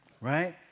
right